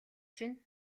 чинь